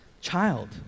child